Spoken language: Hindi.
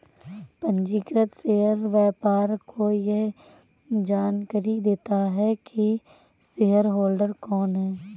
पंजीकृत शेयर व्यापार को यह जानकरी देता है की शेयरहोल्डर कौन है